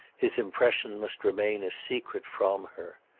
his impression must remain a secret from her.